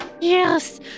Yes